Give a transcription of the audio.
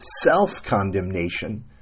self-condemnation